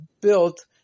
built